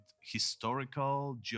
historical